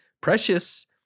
Precious